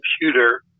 computer